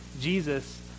Jesus